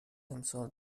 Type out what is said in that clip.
امسال